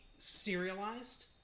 serialized